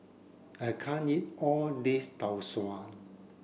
I can't eat all of this Tau Suan